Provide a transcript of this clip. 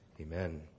Amen